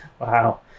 Wow